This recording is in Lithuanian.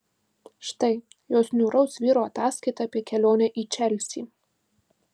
štai jos niūraus vyro ataskaita apie kelionę į čelsį